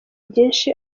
byinshi